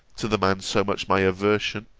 to the man so much my aversion,